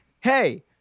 hey